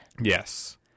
Yes